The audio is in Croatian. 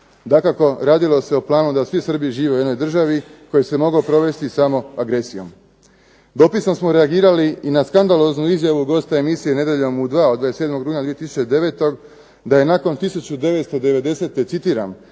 Dakako radilo se o planu da svi Srbi žive u jednoj državi koje se moglo provesti samo agresijom. Dopisom smo reagirali i na skandaloznu emisiju "Nedjelom u 2", od 27. rujna 2009. da je nakon 1990. citiram